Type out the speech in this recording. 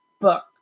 book